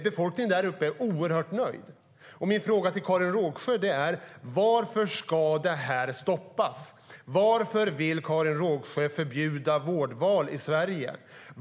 Befolkningen där uppe är oerhört nöjd. Min fråga till Karin Rågsjö är: Varför ska detta stoppas? Varför vill Karin Rågsjö förbjuda vårdval i Sverige?